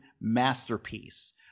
masterpiece